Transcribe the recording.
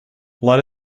let